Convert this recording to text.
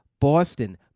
Boston